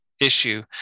issue